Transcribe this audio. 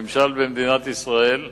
בממשל במדינת ישראל,